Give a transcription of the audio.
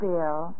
Bill